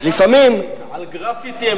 אז לפעמים, על גרפיטי.